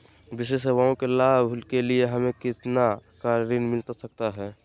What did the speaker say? विशेष सेवाओं के लाभ के लिए हमें कितना का ऋण मिलता सकता है?